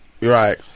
Right